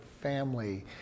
family